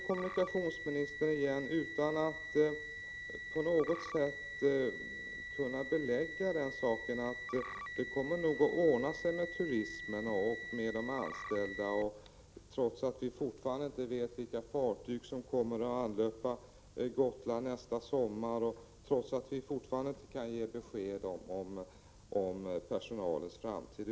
Kommunikationsministern säger igen — utan att på något sätt kunna belägga den saken — att det nog kommer att ordna sig med turismen och de anställda, trots att vi fortfarande inte vet vilka fartyg som kommer att anlöpa Gotland nästa sommar och trots att vi fortfarande inte kan ge besked om personalens framtid.